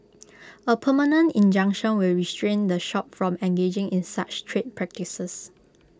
A permanent injunction will restrain the shop from engaging in such trade practices